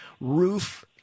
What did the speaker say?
roof